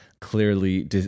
clearly